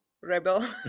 rebel